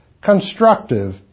constructive